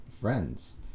friends